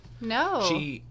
No